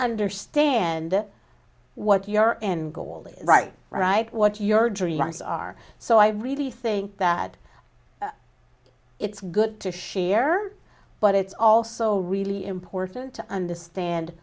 understand what your end goal is right right what your dreams are so i really think that it's good to share but it's also really important to understand